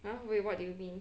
!huh! wait what do you mean